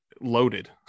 loaded